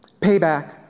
payback